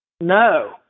No